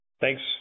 Thanks